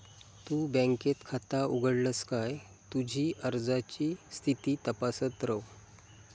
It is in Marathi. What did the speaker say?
तु बँकेत खाता उघडलस काय तुझी अर्जाची स्थिती तपासत रव